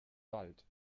wald